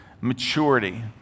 maturity